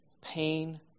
pain